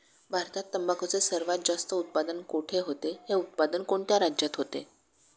भारतात तंबाखूचे सर्वात जास्त उत्पादन कोठे होते? हे उत्पादन कोणत्या राज्यात होते?